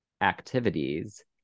activities